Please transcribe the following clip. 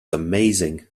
amazing